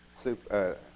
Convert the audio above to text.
super